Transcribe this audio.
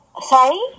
Sorry